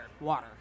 water